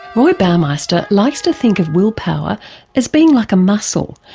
roy baumeister likes to think of willpower as being like a muscle,